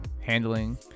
handling